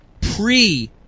pre